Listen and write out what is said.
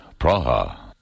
Praha